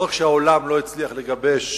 שהעולם לא הצליח לגבש